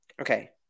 Okay